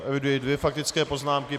Eviduji dvě faktické poznámky.